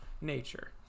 nature